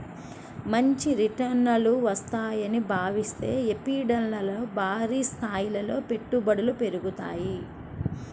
మంచి రిటర్నులు వస్తాయని భావిస్తే ఎఫ్డీఐల్లో భారీస్థాయిలో పెట్టుబడులు పెరుగుతాయి